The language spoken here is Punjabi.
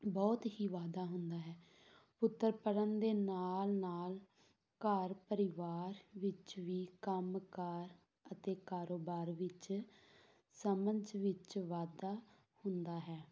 ਬਹੁਤ ਹੀ ਵਾਧਾ ਹੁੰਦਾ ਹੈ ਪੁੱਤਰ ਪੜ੍ਹਨ ਦੇ ਨਾਲ ਨਾਲ ਘਰ ਪਰਿਵਾਰ ਵਿੱਚ ਵੀ ਕੰਮ ਕਾਰ ਅਤੇ ਕਾਰੋਬਾਰ ਵਿੱਚ ਸਮਝ ਵਿੱਚ ਵਾਧਾ ਹੁੰਦਾ ਹੈ